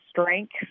strength